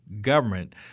government